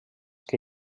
que